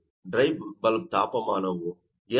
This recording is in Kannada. ಡ್ರೈ ಬಲ್ಬ್ ತಾಪಮಾನವು ಎಷ್ಟು